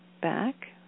back